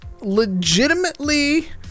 legitimately